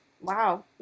Wow